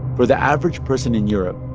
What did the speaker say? for the average person in europe,